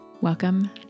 Welcome